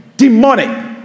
demonic